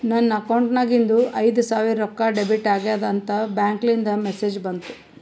ನನ್ ಅಕೌಂಟ್ ನಾಗಿಂದು ಐಯ್ದ ಸಾವಿರ್ ರೊಕ್ಕಾ ಡೆಬಿಟ್ ಆಗ್ಯಾದ್ ಅಂತ್ ಬ್ಯಾಂಕ್ಲಿಂದ್ ಮೆಸೇಜ್ ಬಂತು